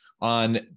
on